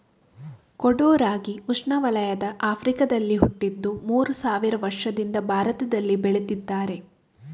ಕೊಡೋ ರಾಗಿ ಉಷ್ಣವಲಯದ ಆಫ್ರಿಕಾದಲ್ಲಿ ಹುಟ್ಟಿದ್ದು ಮೂರು ಸಾವಿರ ವರ್ಷದಿಂದ ಭಾರತದಲ್ಲಿ ಬೆಳೀತಿದ್ದಾರೆ